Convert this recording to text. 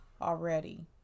already